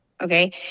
Okay